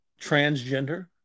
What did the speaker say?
transgender